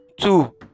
two